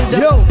yo